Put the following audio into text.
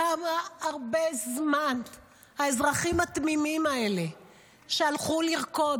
כמה הרבה זמן האזרחים התמימים האלה שהלכו לרקוד,